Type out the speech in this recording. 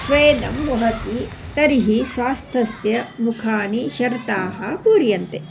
स्वेदं वहति तर्हि स्वास्थ्यस्य मुखानि शर्ताः पूर्यन्ते